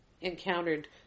encountered